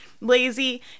lazy